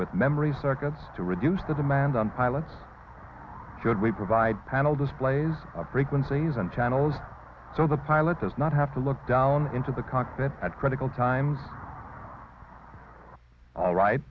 with memory circuits to reduce the demand on pilots should we provide panel displays of frequencies and channels so the pilot does not have to look down into the cockpit at critical times all right